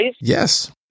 Yes